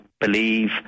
believe